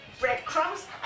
breadcrumbs